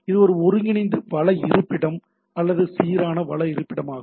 இது ஒரு ஒருங்கிணைந்த வள இருப்பிடம் அல்லது சீரான வள இருப்பிடமாகும்